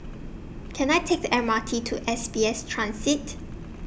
Can I Take The M R T to S B S Transit